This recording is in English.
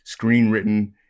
screenwritten